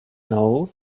know